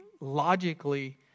logically